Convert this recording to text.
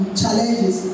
challenges